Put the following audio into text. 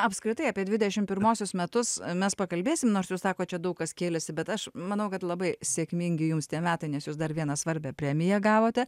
apskritai apie dvidešim pirmuosius metus mes pakalbėsim nors jūs sakot čia daug kas kėlėsi bet aš manau kad labai sėkmingi jums tie metai nes jūs dar vieną svarbią premiją gavote